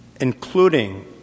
including